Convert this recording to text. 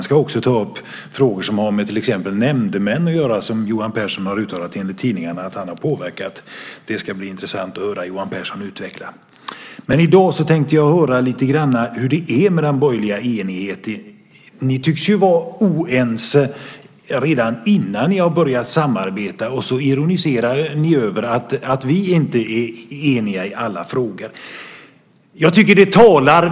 Jag ska också ta upp frågor som har att göra till exempel med nämndemän som Johan Pehrson enligt tidningarna har uttalat att han har påverkat. Det ska bli intressant att höra Johan Pehrson utveckla det. I dag tänkte jag få höra lite grann om hur det är med den borgerliga enigheten. Ni tycks vara oense redan innan ni har börjat samarbeta. Ändå ironiserar ni över att vi inte är eniga i alla frågor.